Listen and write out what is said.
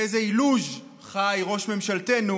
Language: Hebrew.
באיזה אילוז' חי ראש ממשלתנו,